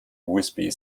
usb